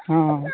ᱦᱮᱸ